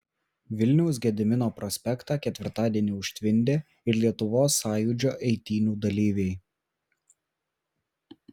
vilniaus gedimino prospektą ketvirtadienį užtvindė ir lietuvos sąjūdžio eitynių dalyviai